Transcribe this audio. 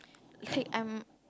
like I'm